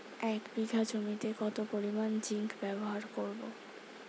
এক বিঘা জমিতে কত পরিমান জিংক ব্যবহার করব?